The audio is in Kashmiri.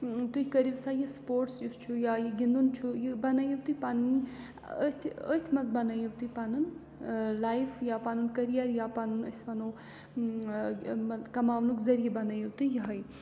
تُہۍ کٔرِو سہَ یہِ سپوٹٕس یُس چھُ یا یہِ گِنٛدُن چھُ یہِ بَنٲیِو تُہۍ پَنٕنۍ أتھۍ أتھۍ منٛز بَنٲیِو تُہۍ پَنُن لایِف یا پَنُن کٔریَر یا پَنُن أسۍ وَنو کَماونُک ذٔریعہِ بَنٲیِو تُہۍ یِہے